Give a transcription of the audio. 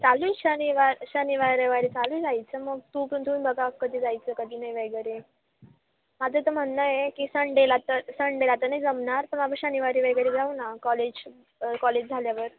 चालू शनिवार शनिवार रविवारी चालू यायचं मग तू पण तुम्ही बघा कधी जायचं कधी नाही जायचं ते माझं तर म्हणणं आहे की संडेला तर संडेला तर नाही जमणार पण आपण शनिवारी वगैरे जाऊ ना कॉलेज कॉलेज झाल्यावर